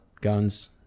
guns